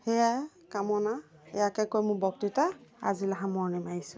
সেইয়াই কামনা সেয়াকে কৈ মোৰ বক্তৃতা আজিলৈ সামৰণি মাৰিছোঁ